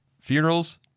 funerals